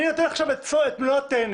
אני נותן לך עכשיו את מלוא הטנא.